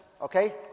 Okay